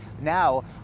now